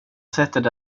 sättet